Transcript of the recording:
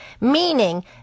meaning